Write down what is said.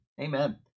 Amen